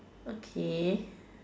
okay